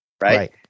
right